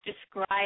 describe